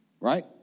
right